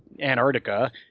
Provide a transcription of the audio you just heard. Antarctica